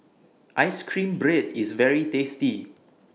Ice Cream Bread IS very tasty